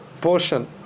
portion